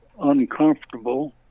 uncomfortable